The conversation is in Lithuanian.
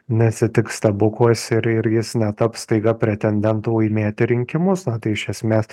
neatsitiks stebuklas ir jis netaps staiga pretendentu laimėti rinkimus tai iš esmes